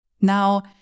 Now